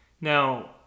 now